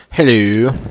Hello